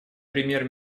премьер